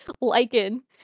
lichen